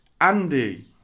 Andy